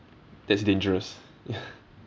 that's dangerous